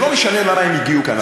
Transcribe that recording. שלא משנה למה הם הגיעו לכאן,